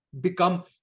become